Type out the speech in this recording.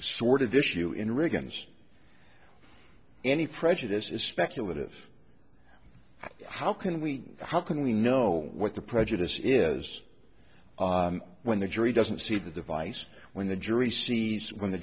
sort of issue in riggins any prejudice is speculative how can we how can we know what the prejudice is when the jury doesn't see the device when the jury sees when the